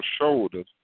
shoulders